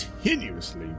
continuously